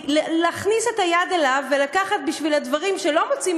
להכניס את היד אליו ולקחת בשביל הדברים שלא מוצאים